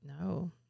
No